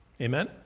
Amen